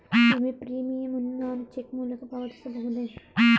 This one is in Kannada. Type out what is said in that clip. ವಿಮೆ ಪ್ರೀಮಿಯಂ ಅನ್ನು ನಾನು ಚೆಕ್ ಮೂಲಕ ಪಾವತಿಸಬಹುದೇ?